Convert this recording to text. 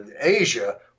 Asia